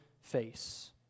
face